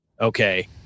Okay